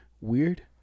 weird